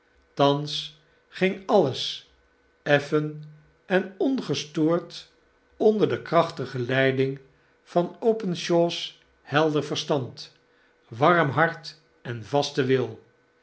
thans ging alles eften en ongestoord onder de krachtige leiding van openshaw's helder verstand warm hart en vasten wil